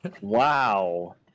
Wow